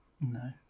no